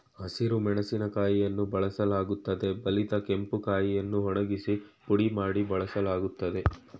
ಹಸಿರು ಮೆಣಸಿನಕಾಯಿಯನ್ನು ಬಳಸಲಾಗುತ್ತದೆ ಬಲಿತ ಕೆಂಪು ಕಾಯಿಯನ್ನು ಒಣಗಿಸಿ ಪುಡಿ ಮಾಡಿ ಬಳಸಲಾಗ್ತದೆ